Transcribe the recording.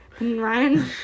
Ryan